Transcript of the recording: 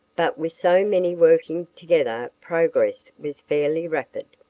but with so many working together progress was fairly rapid.